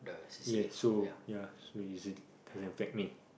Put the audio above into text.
ya so ya so is it they affect me